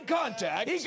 contact